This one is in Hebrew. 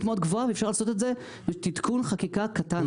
מאוד גבוהה ואפשר לעשות את זה בתיקון חקיקה קטן.